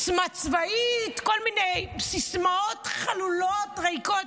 עוצמה צבאית, כל מיני סיסמאות חלולות וריקות.